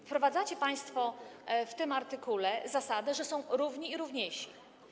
Wprowadzacie państwo w tym artykule zasadę, że są równi i równiejsi.